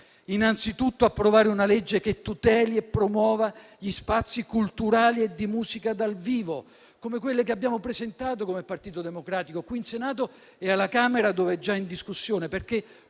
innanzitutto, approvare una legge che tuteli e promuova gli spazi culturali e di musica dal vivo, come quelle che abbiamo presentato come Partito Democratico qui in Senato e alla Camera (dove è già in discussione).